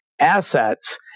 assets